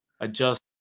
adjust